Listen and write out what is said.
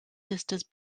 sisters